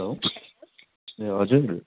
hello ए हजुर